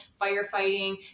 firefighting